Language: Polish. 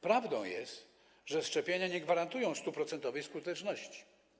Prawdą jest, że szczepienia nie gwarantują 100-procentowej skuteczności.